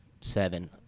seven